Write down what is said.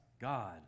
God